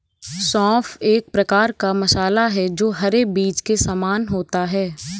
सौंफ एक प्रकार का मसाला है जो हरे बीज के समान होता है